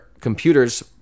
computers